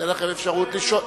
אתן לכם אפשרות לשאול,